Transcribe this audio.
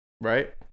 right